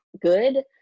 good